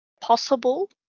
possible